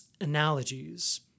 analogies